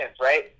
right